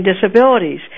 disabilities